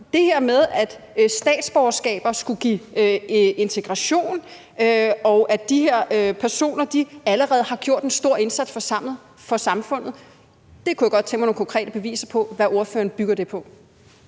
Det her med, at statsborgerskaber skulle give integration, og at de her personer allerede har gjort en stor indsats for samfundet, kunne jeg godt tænke mig at se nogle konkrete beviser på, altså hvad ordføreren bygger det på.